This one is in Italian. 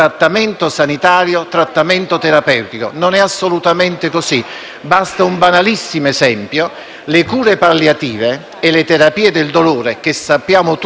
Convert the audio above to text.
Basta un banalissimo esempio: le cure palliative e le terapie del dolore, che sappiamo tutti essere di intrinseca eticità che ne dà luogo alla condivisione,